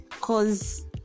cause